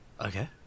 okay